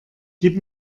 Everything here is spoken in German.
gib